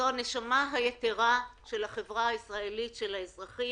זוהי הנשמה היתרה של החברה הישראלית, של האזרחים.